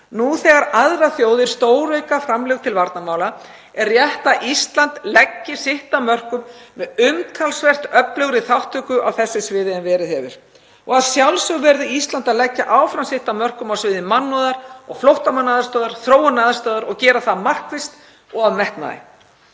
Nú þegar aðrar þjóðir stórauka framlög til varnarmála er rétt að Ísland leggi sitt af mörkum með umtalsvert öflugri þátttöku á þessu sviði en verið hefur. Að sjálfsögðu verður Ísland að leggja áfram sitt af mörkum á sviði mannúðar og flóttamannaaðstoðar, þróunaraðstoðar og gera það markvisst og af metnaði.